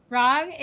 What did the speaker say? Wrong